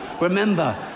Remember